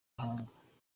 gahanga